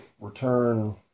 return